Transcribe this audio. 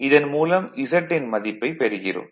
இதன் மூலம் Z ன் மதிப்பைப் பெறுகிறோம்